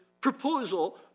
proposal